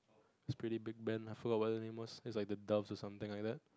it's pretty big band lah forgot what the name was it's like the doves or something like that